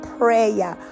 prayer